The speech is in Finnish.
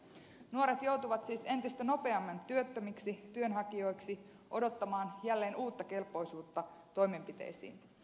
nuoret joutuvat siis entistä nopeammin työttömiksi työnhakijoiksi odottamaan jälleen uutta kelpoisuutta toimenpiteisiin